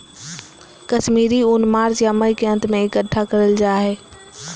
कश्मीरी ऊन मार्च या मई के अंत में इकट्ठा करल जा हय